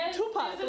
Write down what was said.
Tupac